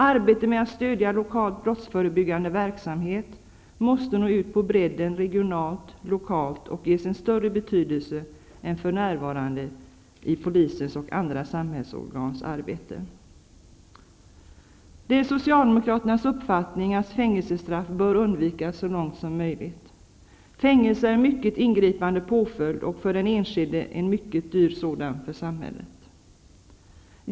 Arbete med att stödja lokalt brottsförebyggande verksamhet måste nå ut på bredden regionalt och lokalt och ges en större betydelse än för närvarande i polisens och andra samhällsorgans arbete. Det är socialdemokraternas uppfattning att fängelsestraff bör undvikas så långt som möjligt. Fängelse är en mycket ingripande påföljd för den enskilde och en mycket dyr sådan för samhället.